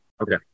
Okay